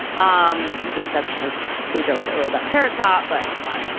um with the exception of some jokes i wrote about carrot top but come on.